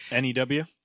NEW